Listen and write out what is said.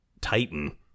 Titan